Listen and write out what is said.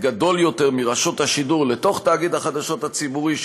גדול יותר מרשות השידור לתוך תאגיד החדשות הציבורי,